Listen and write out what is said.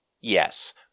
Yes